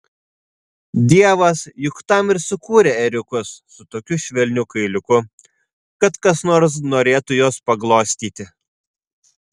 dievas juk tam ir sukūrė ėriukus su tokiu švelniu kailiuku kad kas nors norėtų juos paglostyti